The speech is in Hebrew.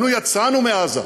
נו, יצאנו מעזה,